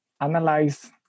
analyze